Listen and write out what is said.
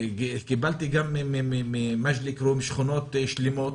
גם במג'ד אל כרום יש שכונות חדשות שלמות,